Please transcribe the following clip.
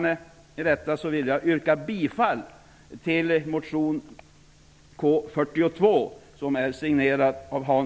Med detta yrkar jag bifall till motion